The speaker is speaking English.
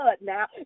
now